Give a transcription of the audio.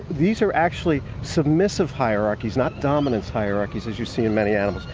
these are actually submissive hierarchies, not dominance hierarchies as you see in many animals.